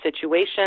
situation